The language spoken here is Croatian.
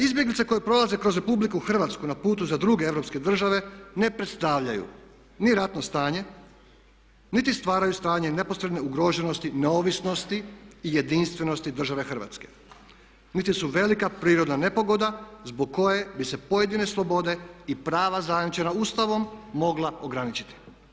Izbjeglice koje prolaze kroz RH na putu za druge europske države ne predstavljaju ni ratno stanje, niti stvaraju stanje neposredne ugroženosti neovisnosti i jedinstvenosti države Hrvatske niti su velika prirodna nepogoda zbog koje bi se pojedine slobode i prava zajamčena Ustavom mogla ograničiti.